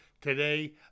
Today